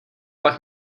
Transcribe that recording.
pak